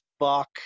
fuck